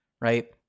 right